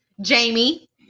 jamie